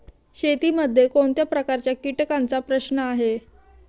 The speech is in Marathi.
शेतीमध्ये कोणत्या प्रकारच्या कीटकांचा प्रश्न आहे?